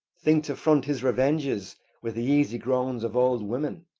think to front his revenges with the easy groans of old women,